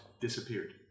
disappeared